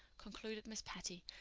concluded miss patty,